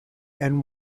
and